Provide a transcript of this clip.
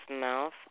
mouth